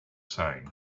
saying